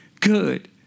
good